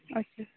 ਅੱਛਾ